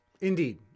Indeed